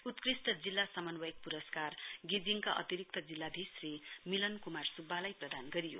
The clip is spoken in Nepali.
उत्कृष्ट जिल्ला समन्वयक पुरस्कार गेजिङका अतिरिक्त जिल्लाधीश श्री मिलन कुमार सुब्बालाई प्रदान गरियो